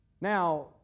Now